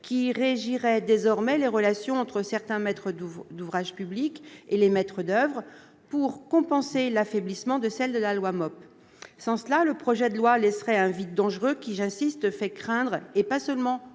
qui régiraient désormais les relations entre certains maîtres d'ouvrage publics et les maîtres d'oeuvre, et ce afin de compenser l'affaiblissement des dispositions de la loi MOP. Sans cela, le projet de loi laisserait un vide dangereux qui, j'insiste sur ce point, fait craindre, et pas seulement aux